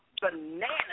bananas